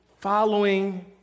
following